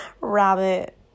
rabbit